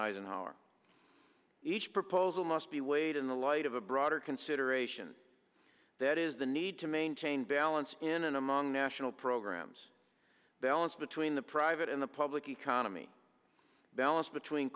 eisenhower each proposal must be weighed in the light of a broader consideration that is the need to maintain balance in and among national programs balance between the private and the public economy balance between